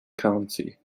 county